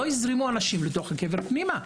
לא הזרימו אנשים לתוך הקבר פנימה?